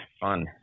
fun